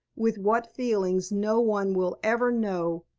with what feelings no one will ever know,